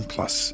Plus